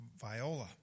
Viola